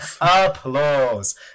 applause